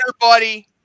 buddy